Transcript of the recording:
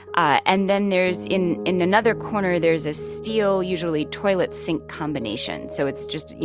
ah and then there's in in another corner there's a steel, usually toilet-sink combination. so it's just, you